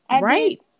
right